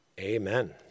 amen